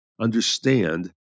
understand